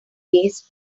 gaze